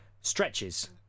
Stretches